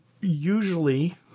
usually